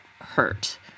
hurt